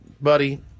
buddy